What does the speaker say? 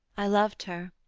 i loved her.